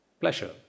Pleasure